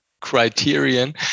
criterion